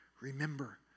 Remember